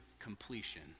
completion